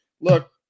Look